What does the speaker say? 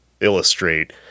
illustrate